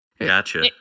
Gotcha